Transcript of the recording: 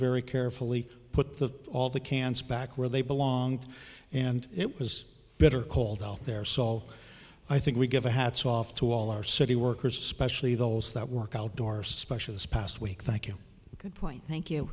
very carefully put all the cans back where they belong and it was bitter cold out there so i think we give our hats off to all our city workers especially those that work outdoors especially this past week thank you could point